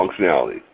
functionality